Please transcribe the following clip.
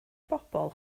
bobl